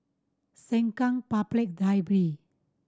Sengkang Public Library